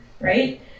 right